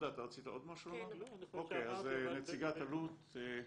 נציגת אלו"ט,